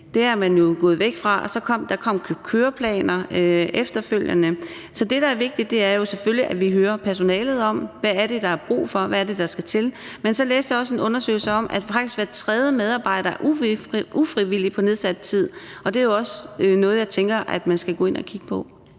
ting er man jo gået væk fra. Så kom der køreplaner efterfølgende. Så det, der er vigtigt, er jo selvfølgelig, at vi hører personalet om, hvad der er brug for, og hvad der skal til. Men så læste jeg også en undersøgelse, der viste, at faktisk hver tredje medarbejder ufrivilligt er på nedsat tid. Det er jo også noget jeg tænker man skal gå ind og kigge på.